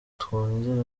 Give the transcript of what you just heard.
twongere